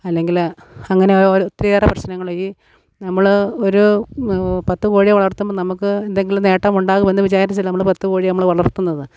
അല്ലെങ്കിൽ അങ്ങനെ ഒത്തിരിയേറെ പ്രശ്നങ്ങൾ ഈ നമ്മൾ ഒരു പത്ത് കോഴിയെ വളർത്തുമ്പം നമുക്ക് എന്തെങ്കിലും നേട്ടം ഉണ്ടാകുമെന്ന് വിചാരിച്ചിച്ച് അല്ലേ നമ്മൾ പത്ത് കോഴിയെ നമ്മൾ വളർത്തുന്നത്